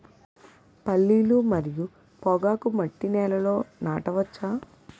పల్లీలు మరియు పొగాకును మట్టి నేలల్లో నాట వచ్చా?